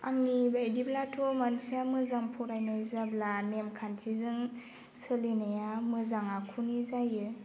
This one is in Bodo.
आंनि बायदिब्लाथ' मानसिया मोजां फरायनाय जाब्ला नेम खान्थिजों सोलिनाया मोजां आखुनि जायो